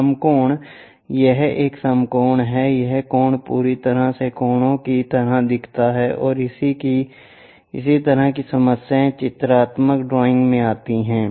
समकोण यह एक समकोण है यह कोण पूरी तरह से कोणों की तरह दिखता है इस तरह की समस्याएं चित्रात्मक ड्राइंग में आती हैं